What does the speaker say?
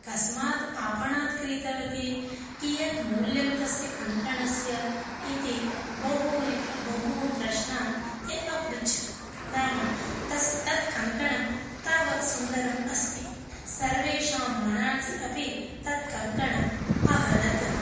कस्मात् आपणात् क्रीतवती कियत् मूल्यं तस्य कङ्कणस्य इति बहूनि प्र बहून् प्रश्नान् ते अपृच्छन् नाम तस् तत् कङ्कणं तावत् सुन्दरम् अस्ति सर्वेषां मनांसि अपि तत् कङ्कणम् अहरत्